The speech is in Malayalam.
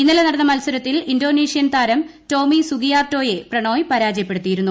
ഇന്നലെ നടന്ന മത്സരത്തിൽ ഇന്തോനേഷ്യൻ താരം ടോമി സുഗിയാർട്ടോയെ പ്രണോയ് പരാജയപ്പെടുത്തിയിരുന്നു